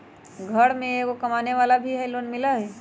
घर में एगो कमानेवाला के भी लोन मिलहई?